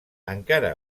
encara